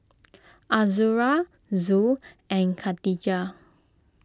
Azura Zul and Katijah